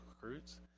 recruits